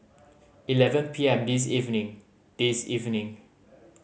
eleven P M this evening this evening